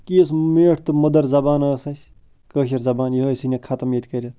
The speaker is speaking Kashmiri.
کِژھ میٖٹھ تہٕ مٔدٕر زبان ٲسۍ اَسہِ کٲشِر زبان یٕہے ژھنٮ۪کھ خَتم ییٚتہِ کٔرِتھ